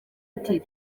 ati